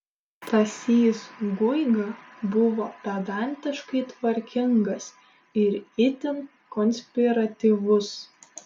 stasys guiga buvo pedantiškai tvarkingas ir itin konspiratyvus